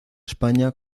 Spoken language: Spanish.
españa